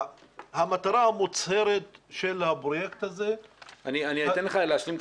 המטרה המוצהרת של הפרויקט הזה --- אני אתן לך להשלים,